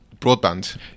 broadband